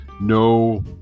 no